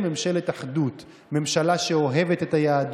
השר שטרן לא הבין איך כל פעם זה מגיע ל-90 וקופץ ל-99,